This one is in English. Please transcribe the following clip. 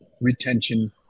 retention